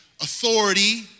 authority